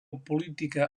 política